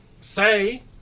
Say